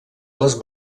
les